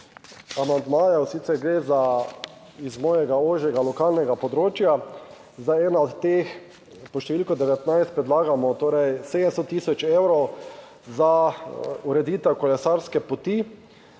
amandmajev, sicer gre za iz mojega ožjega lokalnega področja, zdaj ena od teh pod številko 19, predlagamo torej 700 tisoč evrov za ureditev kolesarske poti.